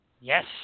Yes